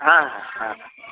ହଁ ହଁ ହଁ